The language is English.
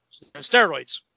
Steroids